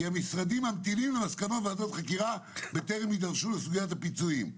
המשרדים ממתינים למסקנות ועדת החקירה בטרם יידרשו לסוגית הפיצויים.